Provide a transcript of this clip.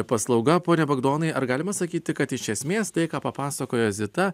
paslauga ponia bagdonai ar galima sakyti kad iš esmės tai ką papasakojo zita